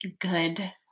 good